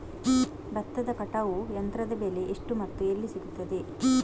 ಭತ್ತದ ಕಟಾವು ಯಂತ್ರದ ಬೆಲೆ ಎಷ್ಟು ಮತ್ತು ಎಲ್ಲಿ ಸಿಗುತ್ತದೆ?